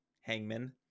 Hangman